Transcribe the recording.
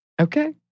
Okay